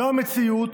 זו המציאות,